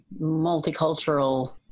multicultural